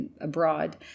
abroad